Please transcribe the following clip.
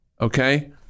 okay